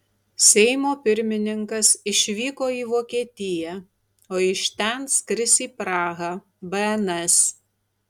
seimo pirmininkas išvyko į vokietiją o iš ten skris į prahą bns